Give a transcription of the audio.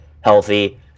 healthy